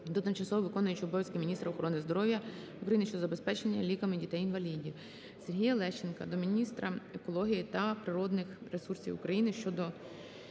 до тимчасово виконуючої обов'язки міністра охорони здоров'я України щодо забезпечення ліками дітей-інвалідів. Сергія Лещенка до міністра екології та природних ресурсів України щодо